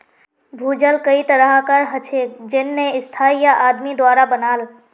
भूजल कई तरह कार हछेक जेन्ने स्थाई या आदमी द्वारा बनाल